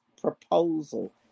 proposal